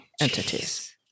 entities